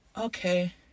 okay